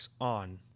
On